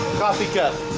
coffee cup